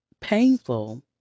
painful